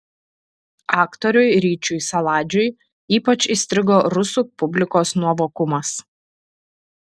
aktoriui ryčiui saladžiui ypač įstrigo rusų publikos nuovokumas